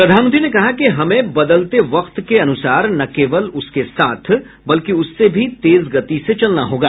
प्रधानमंत्री ने कहा है कि हमें बदलते वक्त के अनुसार न केवल उसके साथ बल्कि उससे भी तेज गति से चलना होगा